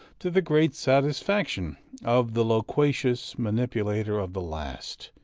to the great satisfaction of the loquacious manipulator of the last,